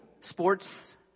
sports